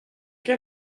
que